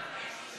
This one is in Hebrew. שמעת?